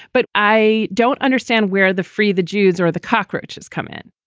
but i don't understand where the free the jews or the cockroaches come in.